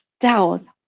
down